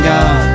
God